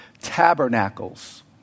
Tabernacles